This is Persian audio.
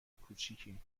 کوچیکی